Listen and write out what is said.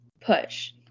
push